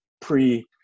pre-